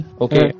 Okay